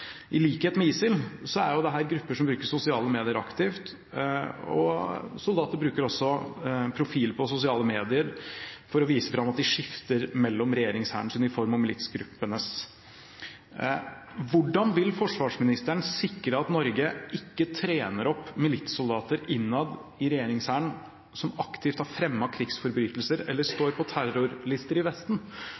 I likhet med ISIL er dette grupper som bruker sosiale medier aktivt, og soldater bruker også profil på sosiale medier for å vise fram at de skifter mellom regjeringshærens uniform og militsgruppenes. Hvordan vil forsvarsministeren sikre at Norge ikke trener opp militssoldater innad i regjeringshæren som aktivt har fremmet krigsforbrytelser eller står på terrorlister i Vesten?